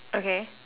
okay